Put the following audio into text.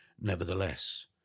nevertheless